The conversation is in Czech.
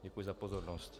Děkuji za pozornost.